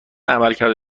عملکرد